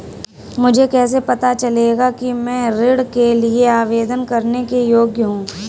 मुझे कैसे पता चलेगा कि मैं ऋण के लिए आवेदन करने के योग्य हूँ?